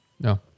No